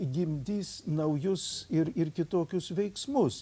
gimdys naujus ir ir kitokius veiksmus